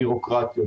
את הבירוקרטיות,